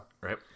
Right